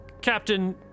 Captain